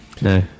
No